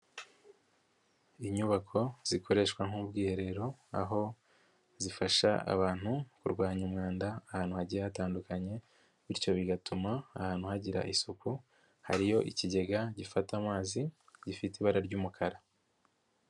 Inyubako zikoreshwa nk'ubwiherero, aho zifasha abantu kurwanya umwanda ahantu hagiye hatandukanye, bityo bigatuma ahantu hagira isuku, hariyo ikigega gifata amazi gifite ibara ry'umukara.